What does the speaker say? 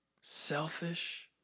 Selfish